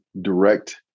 direct